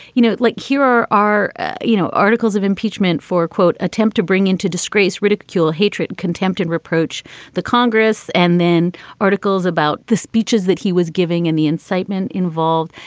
you know, like here are, you know, articles of impeachment for a, quote, attempt to bring into disgrace, ridicule, hatred, contempt and reproach the congress and then articles about the speeches that he was giving in the incitement involved.